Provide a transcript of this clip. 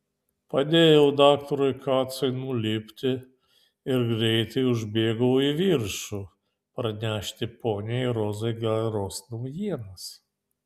padėjau daktarui kacui nulipti ir greitai užbėgau į viršų pranešti poniai rozai geros naujienos